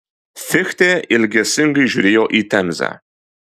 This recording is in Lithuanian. fichtė ilgesingai žiūrėjo į temzę